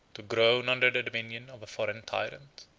to groan under the dominion of a foreign tyrant.